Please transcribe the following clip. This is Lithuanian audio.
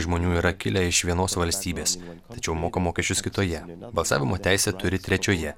žmonių yra kilę iš vienos valstybės tačiau moka mokesčius kitoje balsavimo teisę turi trečioje